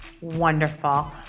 Wonderful